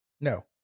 No